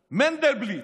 מנדלבליט: